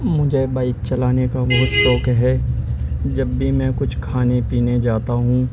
مجھے بائک چلانے کا بہت شوق ہے جب بھی میں کچھ کھانے پینے جاتا ہوں